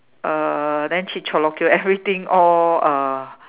uh then everything all uh